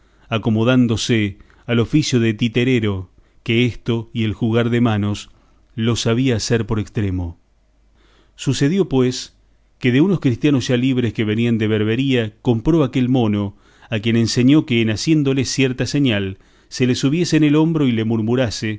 acomodándose al oficio de titerero que esto y el jugar de manos lo sabía hacer por estremo sucedió pues que de unos cristianos ya libres que venían de berbería compró aquel mono a quien enseñó que en haciéndole cierta señal se le subiese en el hombro y le